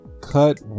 cut